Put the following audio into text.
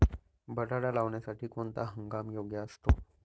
बटाटा लावण्यासाठी कोणता हंगाम योग्य असतो?